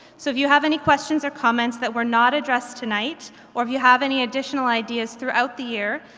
so if you have any questions or comments that were not addressed tonight or if you have any additional ideas throughout the year,